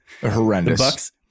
Horrendous